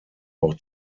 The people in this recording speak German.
auch